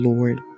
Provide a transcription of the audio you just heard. Lord